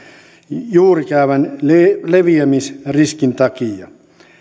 juurikäävän leviämisriskin takia